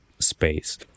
space